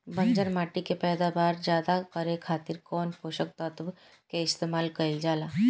बंजर माटी के पैदावार ज्यादा करे खातिर कौन पोषक तत्व के इस्तेमाल कईल जाला?